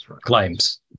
claims